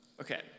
Okay